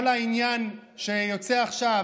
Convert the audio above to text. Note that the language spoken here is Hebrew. כל העניין שיוצא עכשיו,